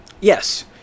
yes